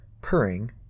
purring